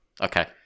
Okay